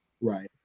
Right